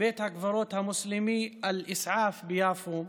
בית הקברות המוסלמי אל-אסעאף ביפו,